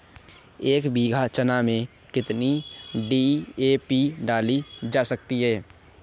एक बीघा चना में कितनी डी.ए.पी डाली जा सकती है?